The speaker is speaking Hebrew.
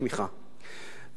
ואני אומר את מה שאמרתי אז.